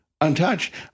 untouched